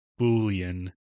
Boolean